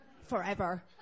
forever